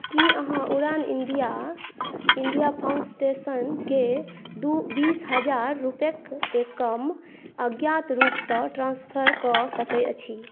की अहाँ उड़ान इण्डिया फाउण्डेशनके बीस हजार रुपैआके रकम अज्ञात रूपसँ ट्रान्सफर कऽ सकैत छी